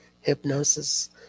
hypnosis